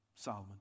Solomon